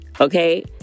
okay